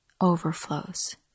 overflows